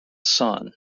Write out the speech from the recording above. son